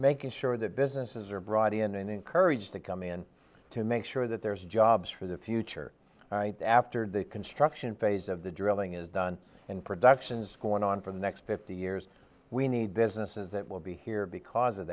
making sure that businesses are brought in and encouraged to come in to make sure that there's jobs for the future after the construction phase of the drilling is done and productions going on for the next fifty years we need businesses that will be here because of